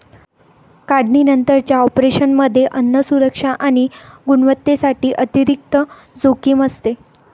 काढणीनंतरच्या ऑपरेशनमध्ये अन्न सुरक्षा आणि गुणवत्तेसाठी अतिरिक्त जोखीम असते